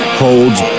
holds